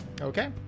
Okay